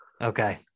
okay